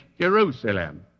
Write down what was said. Jerusalem